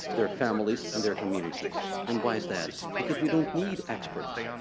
their families and their communities and why is that? because we don't need experts.